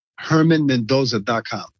HermanMendoza.com